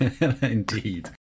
Indeed